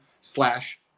slash